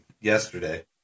yesterday